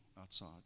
outside